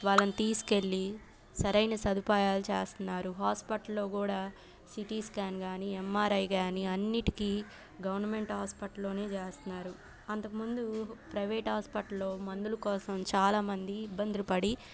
వాళ్ళని తీసుకెళ్ళి సరైన సదుపాయాలు చేస్తున్నారు హాస్పటల్లో కూడా సీటీ స్కాన్ కానీ ఎంఆర్ఐ కానీ అన్నిటికీ గవర్నమెంట్ హాస్పిటల్లోనే చేస్తున్నారు అంతకుముందు ప్రైవేట్ హాస్పిటల్లో మందులు కోసం చాలామంది ఇబ్బందులు పడి